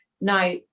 Now